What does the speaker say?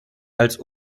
als